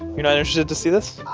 you're not interested to see this?